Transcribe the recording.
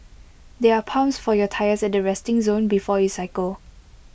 there are pumps for your tyres at the resting zone before you cycle